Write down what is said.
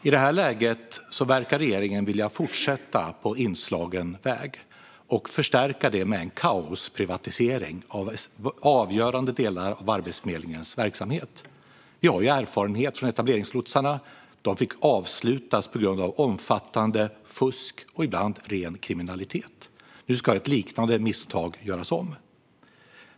I det här läget verkar regeringen vilja fortsätta på inslagen väg och förstärka det med en kaosprivatisering av avgörande delar av Arbetsförmedlingens verksamhet. Vi har ju erfarenhet från etableringslotsarna. De fick avslutas på grund av omfattande fusk och ibland ren kriminalitet. Nu ska ett liknande misstag göras om.